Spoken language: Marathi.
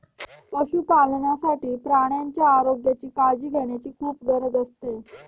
पशुपालनासाठी प्राण्यांच्या आरोग्याची काळजी घेण्याची खूप गरज असते